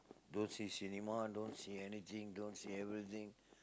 don't see cinema don't see anything don't see everything